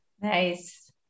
Nice